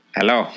Hello